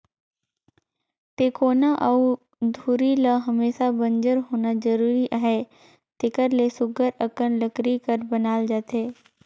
टेकोना अउ धूरी ल हमेसा बंजर होना जरूरी अहे तेकर ले सुग्घर अकन लकरी कर बनाल जाथे